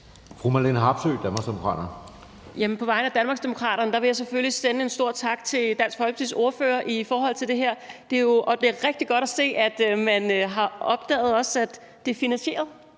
Marlene Harpsøe (DD): På vegne af Danmarksdemokraterne vil jeg selvfølgelig sende en stor tak til Dansk Folkepartis ordfører i forhold til det her. Det er jo rigtig godt at se, at man også har opdaget, at det er finansieret,